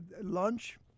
lunch